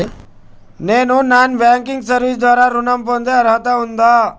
నేను non banking service ద్వారా ఋణం పొందే అర్హత ఉందా?